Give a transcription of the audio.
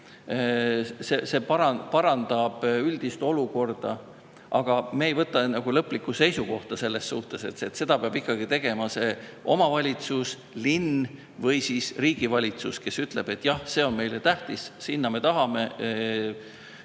ja parandavad üldist olukorda. Aga me ei võta lõplikku seisukohta selles suhtes. Seda peab ikkagi tegema see omavalitsus, linn või selle riigi valitsus, öeldes, et jah, see on meile tähtis, sinna me tahame